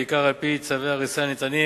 בעיקר על-פי צווי הריסה הניתנים